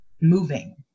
moving